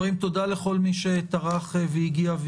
תודה לכל מי שטרח והגיע.